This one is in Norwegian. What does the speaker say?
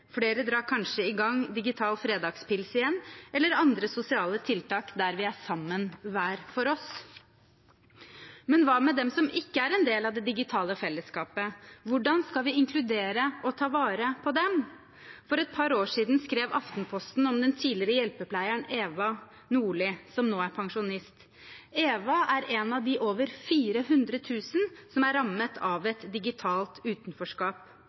Flere drar kanskje i gang digital fredagspils igjen eller andre sosiale tiltak der vi er sammen hver for oss. Men hva med dem som ikke er en del av det digitale fellesskapet? Hvordan skal vi inkludere og ta vare på dem? For et par år siden skrev Aftenposten om den tidligere hjelpepleieren Eva Nordlie, som nå er pensjonist. Eva er en av de over 400 000 som er rammet av et digitalt utenforskap.